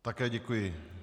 Také děkuji.